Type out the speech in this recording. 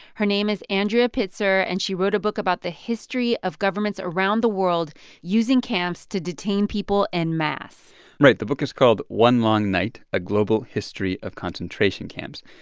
her name is andrea pitzer, and she wrote a book about the history of governments around the world using camps to detain people en masse right. the book is called one long night a global history of concentration camps.